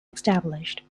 established